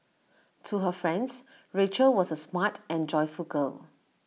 to her friends Rachel was A smart and joyful girl